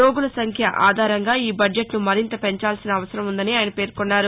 రోగుల సంఖ్య ఆధారంగా ఈ బడ్జెట్ను మరింత పెంచాల్సిన అవసరం ఉందని ఆయన పేర్కొన్నారు